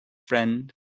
friend